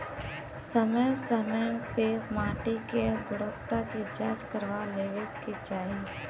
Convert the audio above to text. समय समय पे माटी के गुणवत्ता के जाँच करवा लेवे के चाही